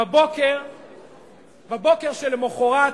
בבוקר שלמחרת,